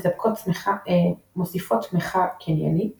מוסיפות תמיכה קניינית